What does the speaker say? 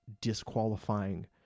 disqualifying